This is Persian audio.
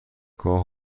گاه